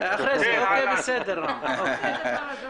אפשר לסבול מצב שאנשים יוצאים מרכב לאור יום ויורים על חנויות.